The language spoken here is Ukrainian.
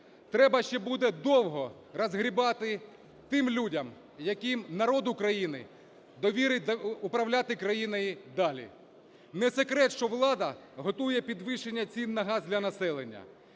треба ще буде довго розгрібати тим людям, яким народ України довірить управляти країною далі. Не секрет, що влада готує підвищення цін на газ для населення,